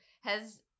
has-